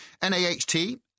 NAHT